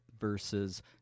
Versus